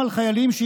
24),